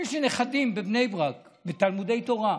יש לי נכדים בבני ברק בתלמודי תורה.